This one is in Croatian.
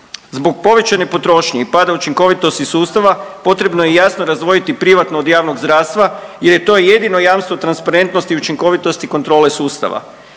Zbog povećanje potrošnje i pada učinkovitosti sustava potrebno je jasno razdvojiti privatno od javnog zdravstva jer je to jedino jamstvo transparentnosti i učinkovitosti kontrole sustava.